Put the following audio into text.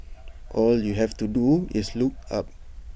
all you have to do is look up